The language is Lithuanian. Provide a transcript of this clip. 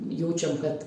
jaučiam kad